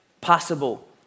possible